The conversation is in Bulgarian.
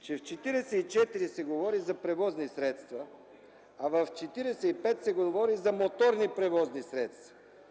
че в чл. 44 се говори за превозни средства, а в чл. 45 се говори за моторни превозни средства.